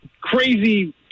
crazy